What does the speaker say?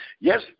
Yes